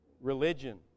religion